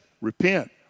Repent